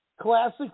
classic